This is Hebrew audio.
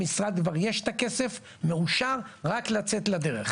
למשרד יש כבר את הכסף, מאושר, רק לצאת לדרך.